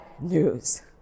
news